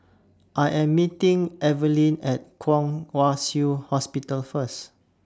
I Am meeting Evaline At Kwong Wai Shiu Hospital First